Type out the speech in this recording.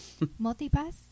Multipass